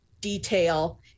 detail